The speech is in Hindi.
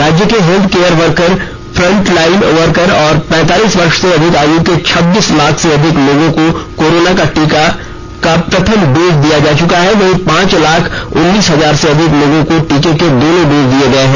राज्य के health care worker front line worker और पैंतालीस वर्ष से अधिक आयु के छब्बीस लाख से अधिक लोगों को कोरोना टीका का प्रथम डोज दिया जा चुका है वहीं पांच लाख उन्नीस हजार से अधिक लोगों को टीके के दोनों डोज दिए गए हैं